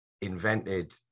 invented